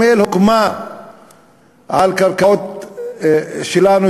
כרמיאל הוקמה על קרקעות שלנו,